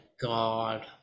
god